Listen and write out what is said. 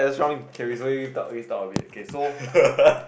can we slowly use up use up a bit so